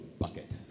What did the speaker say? bucket